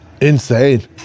Insane